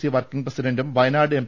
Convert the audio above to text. C working പ്രസിഡണ്ടും Wayanad M